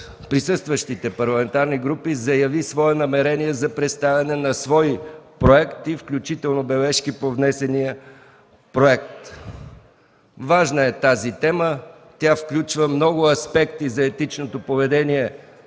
присъстващите парламентарни групи заяви свое намерение за представяне на свой проект и включително бележки по внесения проект. Тази тема е важна. Тя включва много аспекти за етичното поведение